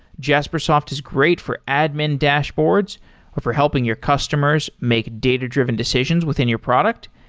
jaspersoft is great for admin dashboards or for helping your customers make data-driven decisions within your product,